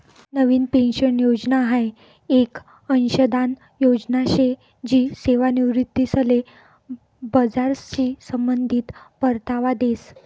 नवीन pension योजना हाई येक अंशदान योजना शे जी सेवानिवृत्तीसले बजारशी संबंधित परतावा देस